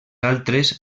altres